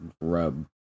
rub